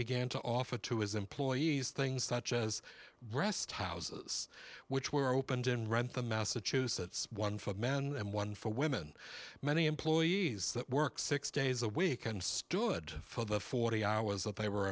began to offer to his employees things such as breast house which were opened in wrentham massachusetts one for men and one for women many employees that work six days a week and stood for the forty hours that they were